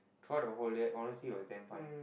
throughout the whole year honestly it was damn fun